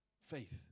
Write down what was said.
Faith